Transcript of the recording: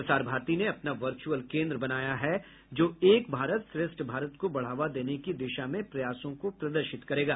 प्रसार भारती ने अपना वर्चुअल कोन्द्र बनाया है जो एक भारत श्रेष्ठ भारत को बढ़ावा देने की दिशा में प्रयासों को प्रदर्शित करेगा